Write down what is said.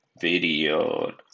video